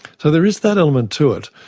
so there is that element to it.